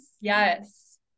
yes